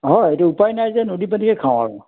হয় এইটো উপায় নাই যে নদীৰ পানীকে খাওঁ আৰু